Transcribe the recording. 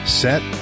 set